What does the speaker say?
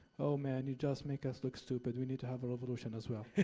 oh, man, you just make us look stupid. we need to have a revolution as well.